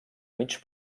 mig